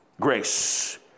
Grace